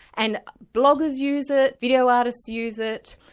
and bloggers use it, video artists use it,